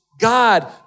God